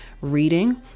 reading